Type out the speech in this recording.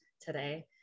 today